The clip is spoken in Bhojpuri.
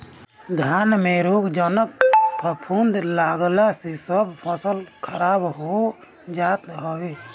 धान में रोगजनक फफूंद लागला से सब फसल खराब हो जात हवे